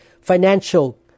financial